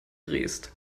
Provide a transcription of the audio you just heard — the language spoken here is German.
drehst